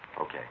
Okay